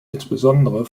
insbesondere